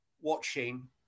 watching